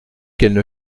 qu’elle